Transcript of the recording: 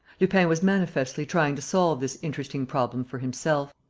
lupin was manifestly trying to solve this interesting problem for himself.